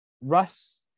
Russ